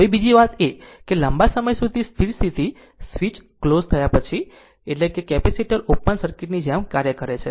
હવે બીજી વાત એ છે કે લાંબા સમય સુધી સ્થિર સ્થિતિ સ્વીચ ક્લોઝ થયા પછી એટલે કે કેપેસિટર ઓપન સર્કિટની જેમ કાર્ય કરે છે